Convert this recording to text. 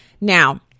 Now